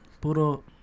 Puro